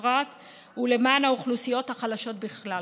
בפרט ולמען האוכלוסיות החלשות בכלל.